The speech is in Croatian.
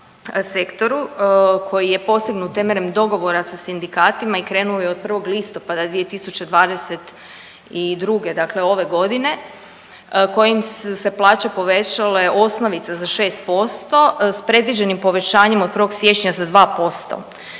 sektoru koji je postignut temeljem dogovora sa sindikatima i krenuli od 1. listopada 2022., dakle ove godine, kojim se plaće povećale osnovice za 6% s predviđenim povećanjem od 1. siječnja za 2%.